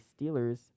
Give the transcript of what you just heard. Steelers